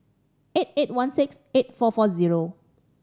eight eight one six eight four four zero